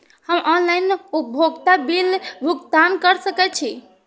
हम ऑनलाइन उपभोगता बिल भुगतान कर सकैछी?